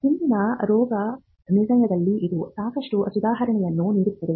ಹಿಂದಿನ ರೋಗನಿರ್ಣಯದಲ್ಲಿ ಇದು ಸಾಕಷ್ಟು ಸುಧಾರಣೆಯನ್ನು ನೀಡುತ್ತದೆ